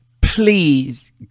please